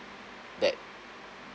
that